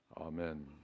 Amen